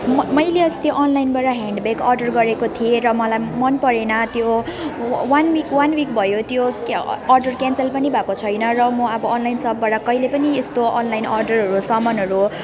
मैले अस्ति अनलाइनबाट ह्यान्ड ब्याग अर्डर गरेको थिएँ र मलाई मन परेन त्यो वन विक वन विक भयो त्यो क्या अर्डर क्यान्सल पनि भएको छैन र म अब अनलाइन सपबाट कहिले पनि यस्तो अनलाइन अर्डरहरू समानहरू